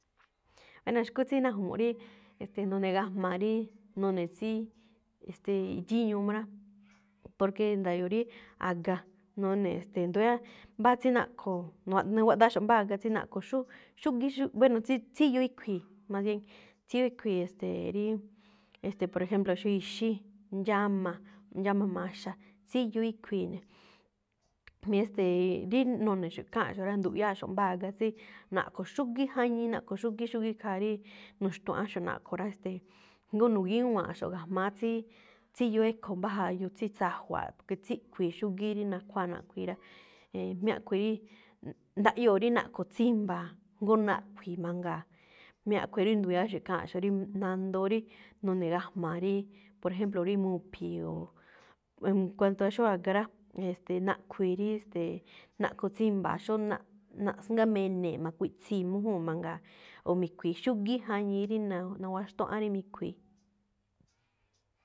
Bueno̱, xkú tsí na̱ju̱mu̱ꞌ rí, e̱ste̱e̱, nune̱gajma̱a̱ rí none̱ tsí, e̱ste̱e̱, dxíñúu̱ máꞌ rá. Porque nda̱yo̱o̱ rí a̱ga none̱, ste̱e̱, nduyáá mbáa tsí naꞌkho̱. Nu- nuwaꞌdaaxo̱ꞌ mbá a̱ga tsí naꞌkho̱ xú-xúgíí-xú, bueno tsí tsíyoo íkhuii̱, más bien, tsíyoo íkhii̱, e̱ste̱e̱, rí, e̱ste̱e̱, por ejemplo xóo ixí, ndxáma, ndxáma maxa, tsíyoo íkhui̱i̱ ne̱, mí e̱ste̱e̱, rí no̱ne̱xo̱ꞌ kháanꞌxo̱ꞌ ráꞌ, nduꞌyáaxo̱ꞌ mbáa a̱ga tsí naꞌkho̱ xúgíí, jañii naꞌkho̱ xúgíí, xúgíí khaa rí nu̱xtuáꞌánxo̱ꞌ naꞌkho̱ rá, e̱ste̱e̱, jngó nu̱gíwa̱a̱nxo̱ꞌ ga̱jma̱á tsí tsíyoo ékho mbá jayu, tsí tsa̱jwa̱a̱ꞌ, que tsíꞌkui̱i̱ xúgíí rí naꞌkhuáa naꞌkhi̱i̱ rá. Mí a̱ꞌkhue̱n rí, ndaꞌyoo̱ rí naꞌkho̱ tsí mba̱a̱, jngó naꞌkhi̱i̱ mangaa̱, mí a̱khue̱n rí ndu̱ya̱áxo̱ꞌ ikháanꞌxo̱ꞌ rí nandoo rí nune̱gajma̱a̱ rí, por ejemplo rí mu̱phi̱i̱, oo cuanto xóo a̱ga rá, e̱ste̱e̱, naꞌkhui̱i̱ rí, e̱ste̱e̱, naꞌkho̱ tsí i̱mba̱a̱ꞌ, xóo naꞌ-naꞌsgámene̱e̱ꞌ ma̱kui̱ꞌtsii̱ mújúu̱n mangaa. O mi̱khui̱i̱ xúgíí jañii rí na- nawaxtuáꞌán rí mi̱khui̱i̱.